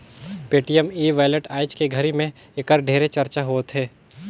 Paytm e wallet आयज के घरी मे ऐखर ढेरे चरचा होवथे